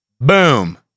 Boom